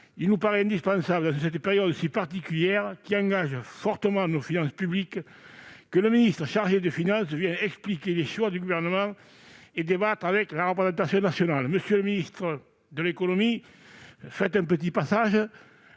il nous paraît indispensable, durant cette période si particulière qui engage fortement nos finances publiques, que le ministre chargé des finances vienne expliquer les choix du Gouvernement et débattre avec la représentation nationale. Rendez-nous visite, monsieur le ministre de l'économie : cela nous ferait plaisir